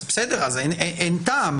אין טעם,